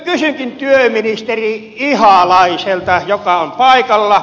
kysynkin työministeri ihalaiselta joka on paikalla